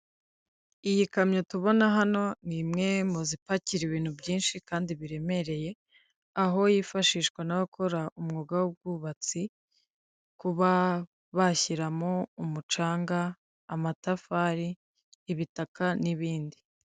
Iyi kamyo tubona hano ni imwe mu zipakira ibintu byinshi kandi biremereye, aho yifashishwa n'abakora umwuga w'ubwubatsi kuba bashyiramo umucanga, amatafari, ibitaka n'ibindi.